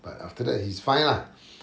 but after that he's fine lah